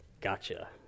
Gotcha